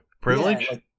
privilege